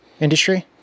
industry